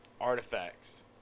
artifacts